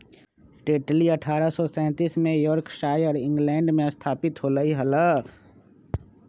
Tetley अठ्ठारह सौ सैंतीस में यॉर्कशायर, इंग्लैंड में स्थापित होलय हल